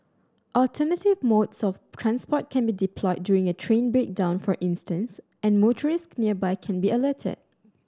alternative modes of transport can be deployed during a train breakdown for instance and motorists nearby can be alerted